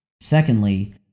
secondly